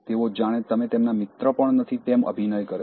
તેઓ જાણે તમે તેમના મિત્ર પણ નથી તેમ અભિનય કરે છે